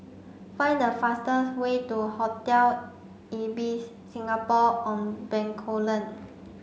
find the fastest way to Hotel Ibis Singapore On Bencoolen